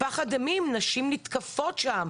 פחד אימים, נשים נתקפות שם.